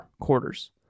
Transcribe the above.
quarters